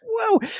whoa